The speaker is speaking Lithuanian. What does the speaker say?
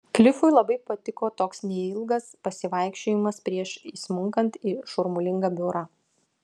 klifui labai patiko toks neilgas pasivaikščiojimas prieš įsmunkant į šurmulingą biurą